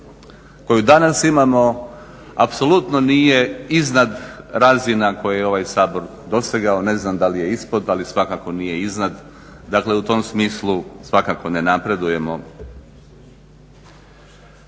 koju danas imamo apsolutno nije iznad razina koje je ovaj Sabor dosegao. Ne znam da li je ispod, ali svakako nije iznad. Dakle, u tom smislu svakako ne napredujemo.